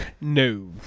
No